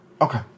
Okay